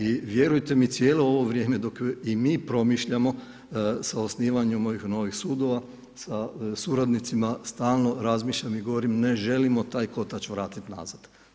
I vjerujte mi cijelo ovo vrijeme dok i mi promišljamo sa osnivanjem ovih novih sudova, sa suradnicima stalno razmišljam i govorim ne želimo taj kotač vratiti nazad.